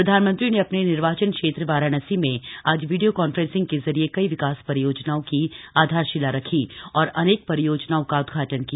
प्रधानमंत्री ने अपने निर्वाचन क्षेत्र वाराणसी में आज वीडियो कांफ्रेंसिंग के जरिए कई विकास परियोजनाओं की आधारशिला रखी और अनेक परियोजनाओं का उद्घाटन किया